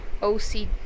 OCD